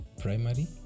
primary